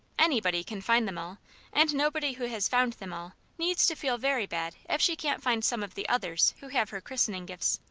anybody can find them all and nobody who has found them all needs to feel very bad if she can't find some of the others who have her christening gifts.